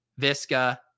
Visca